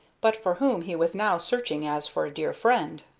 but for whom he was now searching as for a dear friend.